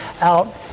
out